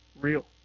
real